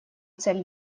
цель